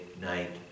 night